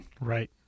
Right